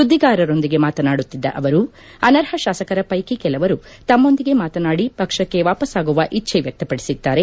ಸುದ್ದಿಗಾರರೊಂದಿಗೆ ಮಾತನಾಡುತ್ತಿದ್ದ ಅವರು ಅನರ್ಹ ಶಾಸಕರ ಪೈಕಿ ಕೆಲವರು ತಮ್ಮೊಂದಿಗೆ ಮಾತನಾಡಿ ಪಕ್ಷಕ್ಕೆ ವಾಪಸ್ಸಾಗುವ ಇಚ್ಛೆ ವ್ಯಕ್ತಪಡಿಸಿದ್ದಾರೆ